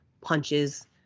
punches